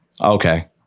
Okay